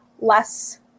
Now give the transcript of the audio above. less